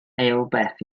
eilbeth